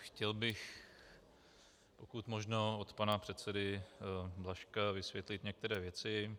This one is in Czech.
Chtěl bych pokud možno od pana předsedy Blažka vysvětlit některé věci.